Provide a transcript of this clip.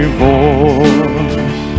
voice